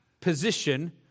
position